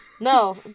No